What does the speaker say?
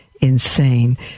insane